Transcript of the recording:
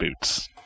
boots